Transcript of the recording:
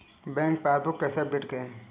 Bank passbook कैसे update करें?